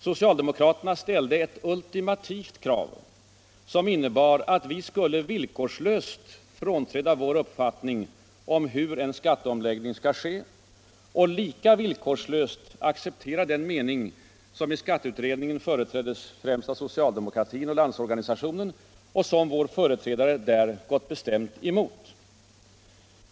Socialdemokraterna ställde ett ultimativt krav, som innebar att vi skulle villkorslöst frånträda vår uppfattning om hur en skatteomläggning skall ske och lika villkorslöst acceptera den mening som i skatteutredningen företräddes främst av socialdemokratin och Landsorganisationen och som vår företrädare där gick bestämt emot.